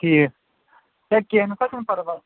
ٹھیٖک ہے کینٛہہ نَسا چھُ نہٕ پرواے